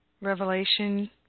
revelation